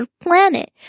planet